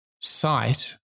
sight